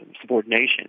subordination